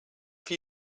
have